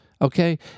Okay